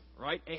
right